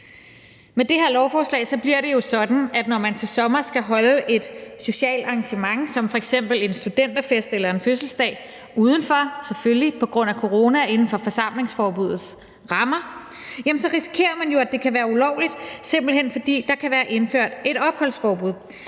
Med det her lovforslag bliver det jo sådan, at når man til sommer skal holde et socialt engagement som f.eks. en studenterfest eller en fødselsdag – udenfor, selvfølgelig, på grund af corona, inden for forsamlingsforbuddets rammer – risikerer man, at det kan være ulovligt, simpelt hen fordi der kan være indført et opholdsforbud.